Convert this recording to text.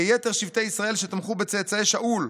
ליתר שבטי ישראל, שתמכו בצאצאי שאול.